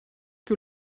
que